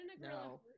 no